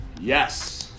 Yes